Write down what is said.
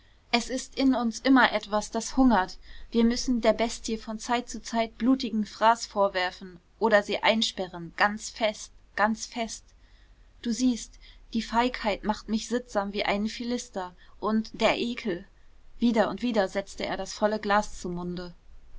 es ist in uns immer etwas das hungert wir müssen der bestie von zeit zu zeit blutigen fraß vorwerfen oder sie einsperren ganz fest ganz fest du siehst die feigheit macht mich sittsam wie einen philister und der ekel wieder und wieder setzte er das volle glas zum munde